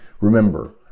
remember